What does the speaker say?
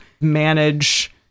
manage